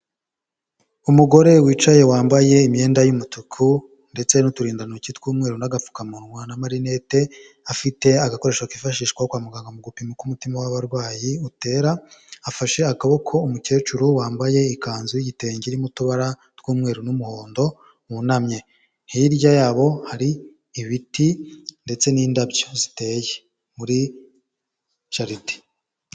Umugore wicaye wambaye imyenda y'umutuku ndetse n'uturindantoki tw'umweru n'agapfukamunwa n'amarinete, afite agakoresho kifashishwa ko kwa muganga mu gupima uko umutima w'abarwayi utera, afashe akaboko umukecuru wambaye ikanzu y'igitenge n mu tubara tw'umweru n'umuhondo wunamye, hirya yabo hari ibiti ndetse n'indabyo ziteye muri jaride.